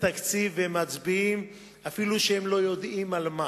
תקציב והם מצביעים אפילו שהם לא יודעים על מה.